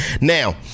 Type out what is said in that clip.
Now